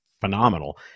phenomenal